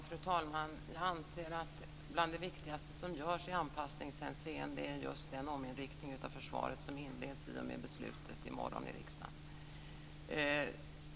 Fru talman! Jag anser att bland det viktigaste som görs i anpassningshänseende är just den ominriktning av försvaret som inleds i och med beslutet i morgon i riksdagen.